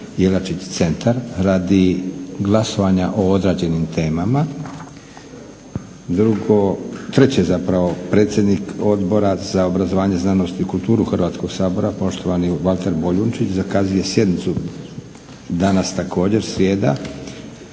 Jelačić centar radi glasovanja o odrađenim temama. Treće, predsjednik Odbora za obrazovanje, znanost i kulturu Hrvatskog sabora poštovani Valter Boljunčić zakazuje sjednicu danas također srijeda